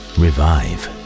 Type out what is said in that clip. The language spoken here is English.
revive